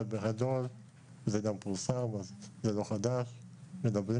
אבל בגדול - זה גם פורסם כך שזה לא חדש מדברים